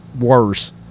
worse